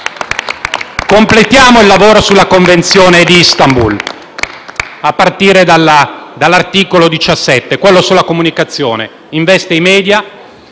Completiamo il lavoro sulla Convenzione di Istanbul, a partire dall'articolo 17, sulla comunicazione. Esso investe i *media*